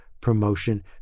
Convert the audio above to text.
promotion